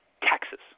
taxes